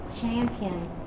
champion